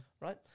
right